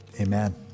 Amen